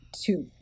two